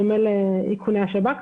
בדומה לאיכוני השב"כ.